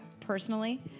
personally